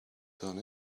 done